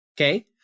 Okay